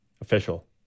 Official